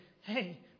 hey